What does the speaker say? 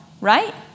right